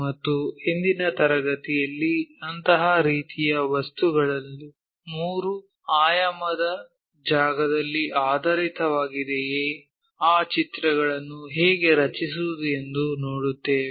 ಮತ್ತು ಇಂದಿನ ತರಗತಿಯಲ್ಲಿ ಅಂತಹ ರೀತಿಯ ವಸ್ತುಗಳು ಮೂರು ಆಯಾಮದ ಜಾಗದಲ್ಲಿ ಆಧಾರಿತವಾಗಿದೆಯೇ ಆ ಚಿತ್ರಗಳನ್ನು ಹೇಗೆ ರಚಿಸುವುದು ಎಂದು ನೋಡುತ್ತೇವೆ